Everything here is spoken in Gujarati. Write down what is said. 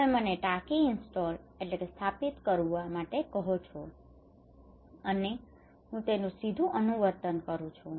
તમે મને ટાંકી ઇન્સ્ટોલ install સ્થાપિત કરવું કરવા માટે કહો છો અને હું તેનું સીધું અનુવર્તન કરું છું